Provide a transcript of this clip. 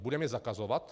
Budeme je zakazovat?